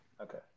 Okay